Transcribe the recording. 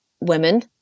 women